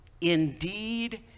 indeed